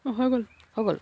অঁ হৈ গ'ল হৈ গ'ল